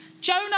Jonah